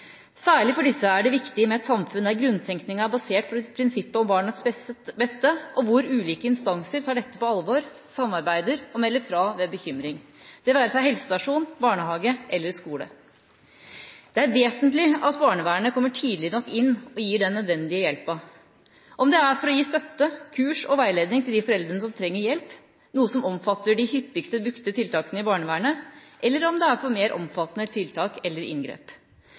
Særlig for disse er det viktig med et samfunn der grunntenkninga er basert på prinsippet om barnets beste, og hvor ulike instanser tar dette på alvor, samarbeider og melder fra ved bekymring – det være seg helsestasjon, barnehage eller skole. Det er vesentlig at barnevernet kommer tidlig nok inn og gir den nødvendige hjelpen – om det er for å gi støtte, kurs og veiledning til de foreldrene som trenger hjelp, noe som omfatter de hyppigst brukte tiltakene i barnevernet, eller om det gjelder mer omfattende tiltak eller inngrep.